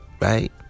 Right